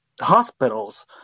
hospitals